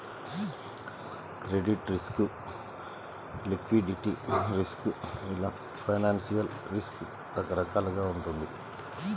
credit risk, liquidity risk ఇలా financial risk రకరకాలుగా వుంటది